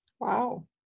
Wow